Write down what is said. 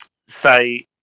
say